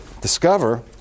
discover